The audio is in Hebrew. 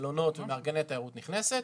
מלונות ומארגני תיירות נכנסת.